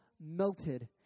melted